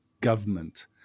government